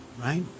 right